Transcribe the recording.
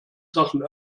sachen